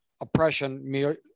oppression